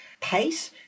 pace